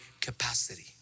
capacity